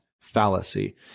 fallacy